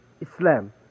Islam